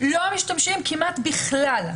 לא משתמשים כמעט בכלל,